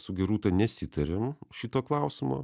su gerūta nesitarėm šito klausimo